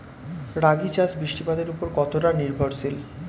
রাগী চাষ বৃষ্টিপাতের ওপর কতটা নির্ভরশীল?